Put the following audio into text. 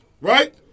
Right